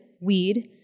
weed